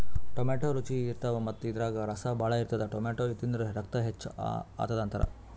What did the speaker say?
tomato ರುಚಿ ಇರ್ತವ್ ಮತ್ತ್ ಇದ್ರಾಗ್ ರಸ ಭಾಳ್ ಇರ್ತದ್ ಟೊಮ್ಯಾಟೋ ತಿಂದ್ರ್ ರಕ್ತ ಹೆಚ್ಚ್ ಆತದ್ ಅಂತಾರ್